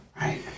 Right